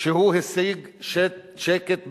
שהוא השיג שקט ביטחוני,